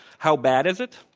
how bad is it?